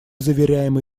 заверяем